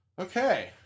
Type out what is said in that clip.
Okay